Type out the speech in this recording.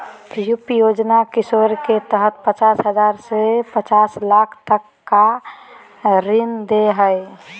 उप योजना किशोर के तहत पचास हजार से पांच लाख तक का ऋण दे हइ